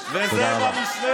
הטייסים האלה שומרים עליך.